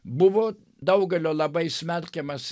buvo daugelio labai smerkiamas